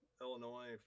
illinois